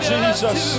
Jesus